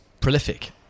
prolific